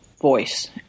voice